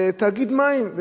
בתאגיד מים,